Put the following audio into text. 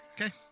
Okay